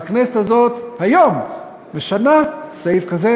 והכנסת הזאת היום משנה סעיף כזה,